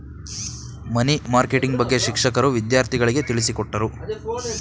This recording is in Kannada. ಮನಿ ಮಾರ್ಕೆಟಿಂಗ್ ಬಗ್ಗೆ ಶಿಕ್ಷಕರು ವಿದ್ಯಾರ್ಥಿಗಳಿಗೆ ತಿಳಿಸಿಕೊಟ್ಟರು